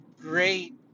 great